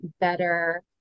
better